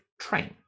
train